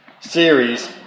series